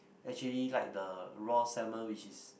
actually like the raw salmon which is